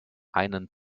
einen